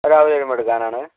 രാവിലെ വരുമ്പോൾ എടുക്കാനാണ്